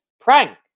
prank